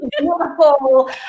beautiful